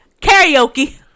Karaoke